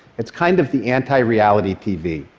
it's kind of the anti-reality tv.